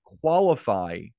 qualify